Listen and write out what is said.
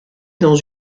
dans